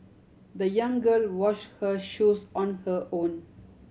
the young girl wash her shoes on her own